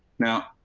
now.